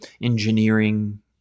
engineering